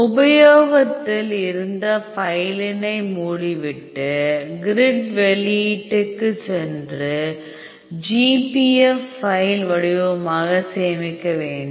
உபயோகத்தில் இருந்த ஃபைலினை மூடிவிட்டு கிரிட் வெளியீட்டுக்கு சென்று GPF ஃபைல் வடிவமாகச் சேமிக்க வேண்டும்